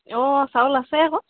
অঁ চাউল আছে আকৌ